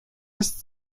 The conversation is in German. ist